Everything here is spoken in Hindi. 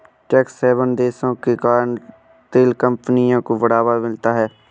टैक्स हैवन देशों के कारण तेल कंपनियों को बढ़ावा मिलता है